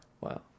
Wow